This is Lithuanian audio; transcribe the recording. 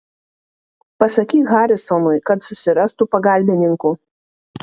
pasakyk harisonui kad susirastų pagalbininkų